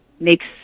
makes